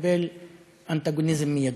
ומקבל אנטגוניזם מיידי.